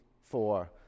four